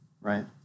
right